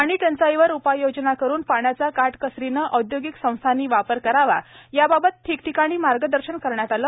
पाणीटंचाईवर उपाययोजना करून पाण्याचा काटकसरीने औद्योगिक संस्थांनी वापर करावा याबाबत याठिकाणी मार्गदर्शन करण्यात आले